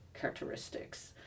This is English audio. characteristics